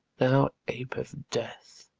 thou ape of death,